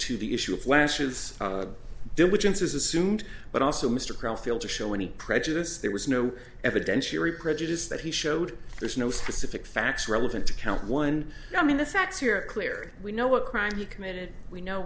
to the issue of flash's diligence is assumed but also mr kroll failed to show any prejudice there was no evidentiary prejudice that he showed there's no specific facts relevant to count one i mean the facts here clear we know what crime he committed we know